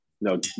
No